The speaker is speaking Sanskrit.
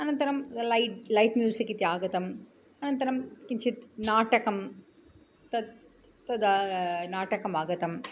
अनन्तरं लैट् लैट् म्यूसिक् इति आगतम् अनन्तरं किञ्चित् नाटकं तत् तदा नाटकम् आगतम्